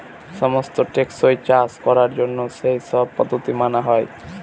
সমস্ত টেকসই চাষ করার জন্য সেই সব পদ্ধতি মানা হয়